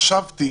חשבתי